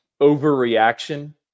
overreaction